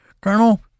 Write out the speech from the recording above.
Colonel